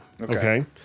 Okay